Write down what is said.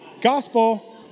Gospel